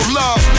love